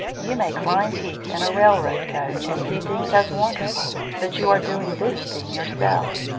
you may climb peaks in a railroad coach and see things as wonderful. but you are doing this thing yourself.